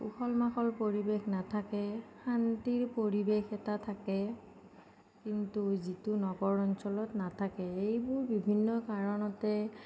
উখল মাখল পৰিৱেশ নাথাকে শান্তিৰ পৰিৱেশ এটা থাকে কিন্তু যিটো নগৰ অঞ্চলত নাথাকে এইবোৰ বিভিন্ন কাৰণতে